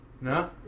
No